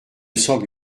semble